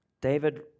David